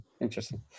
Interesting